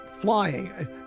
flying